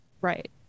Right